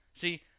See